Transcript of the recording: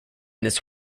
this